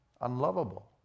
unlovable